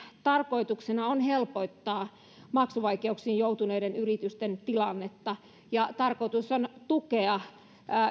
tarkoituksena on helpottaa maksuvaikeuksiin joutuneiden yritysten tilannetta ja tarkoitus on tukea